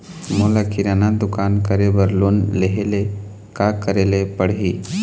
मोला किराना दुकान करे बर लोन लेहेले का करेले पड़ही?